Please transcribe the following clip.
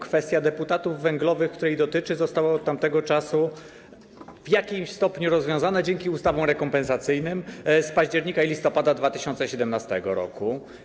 Kwestia deputatów węglowych, której dotyczy, została od tamtego czasu w jakimś stopniu rozwiązana dzięki ustawom rekompensacyjnym z października i listopada 2017 r.